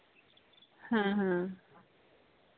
ᱦᱮᱸ ᱦᱮᱸ